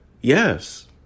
yes